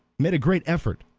made a great effort,